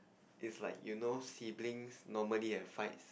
it's like you know siblings normally have fights